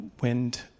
wind